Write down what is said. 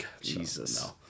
Jesus